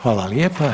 Hvala lijepa.